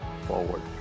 forward